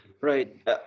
right